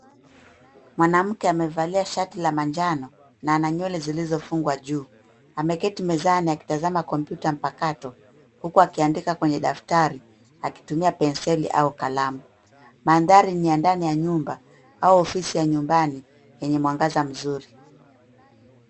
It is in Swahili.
Mwanamke amevalia shati la manjano na ana nywele zilizofungwa juu. Ameketi mezani akitazama kompyuta mpakato, huku akiandika kwenye daftari, akitumia penseli au kalamu. Mandhari ni ya ndani ya nyumba au ofisi ya nyumbani, yenye mwangaza mzuri.